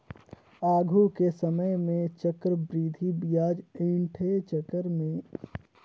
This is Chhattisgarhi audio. आघु के समे में चक्रबृद्धि बियाज अंइठे के चक्कर में आघु थारोक सेठ, साहुकार मन मइनसे मन ल पइरसान करें